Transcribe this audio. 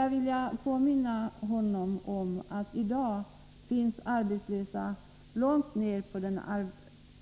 Jag vill då påminna Lars-Ove Hagberg om att i dag finns det så att säga arbetslösa långt ner på den